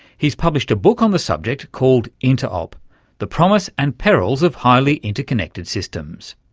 he's published a book on the subject called interop the promise and perils of highly interconnected systems.